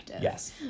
yes